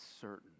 certain